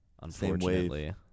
Unfortunately